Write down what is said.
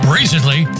Recently